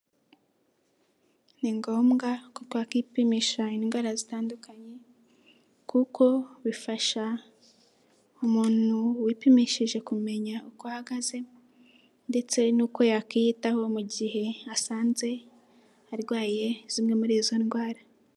Ni ngombwa ko Bakipimisha indwara zitandukanye kuko bifasha umuntu wipimishije kumenya uko ahagaze ndetse n'uko yakwiyitaho mu gihe asanze arwaye zimwe muri izo ndwara.